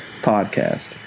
podcast